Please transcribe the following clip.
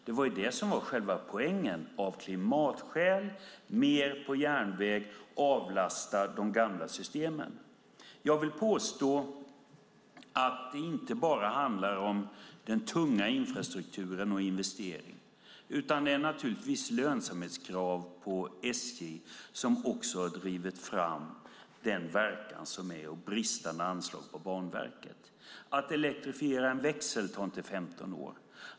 Det var det som var själva poängen. Man ville av klimatskäl avlasta de gamla systemen mer på järnväg. Jag vill påstå att det inte bara handlar om den tunga infrastrukturen och investeringar, utan det är naturligtvis lönsamhetskraven på SJ som också har drivit fram den verkan som är och bristande anslag på Banverket. Att elektrifiera en växel tar inte 15 år.